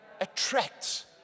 attracts